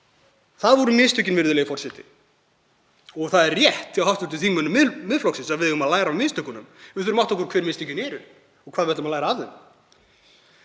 Það voru mistökin, virðulegi forseti. Það er rétt hjá hv. þingmönnum Miðflokksins að við eigum að læra af mistökunum. Við þurfum átta okkur á því hver mistökin eru og hvað við ætlum að læra af þeim.